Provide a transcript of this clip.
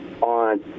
on